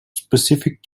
specific